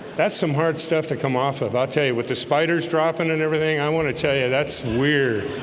that's some hard stuff to come off of i'll tell you what the spiders dropping and everything i want to tell you that's weird